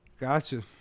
Gotcha